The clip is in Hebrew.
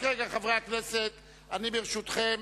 ברשותכם,